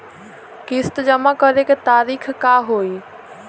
किस्त जमा करे के तारीख का होई?